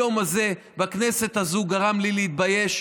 היום הזה בכנסת הזו גרם לי להתבייש,